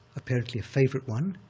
apparently a favorite one.